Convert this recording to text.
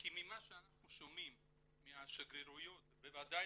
כי ממה שאנחנו שומעים מהשגרירויות ובוודאי